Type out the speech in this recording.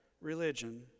religion